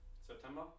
September